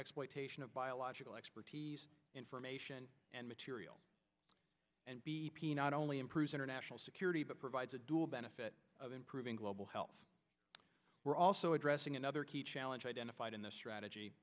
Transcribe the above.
exploitation of biological expertise information and material and b p not only improves international security but provides a dual benefit of improving global health we're also addressing another key challenge identified in the strategy